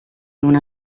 una